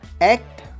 Act